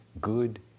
Good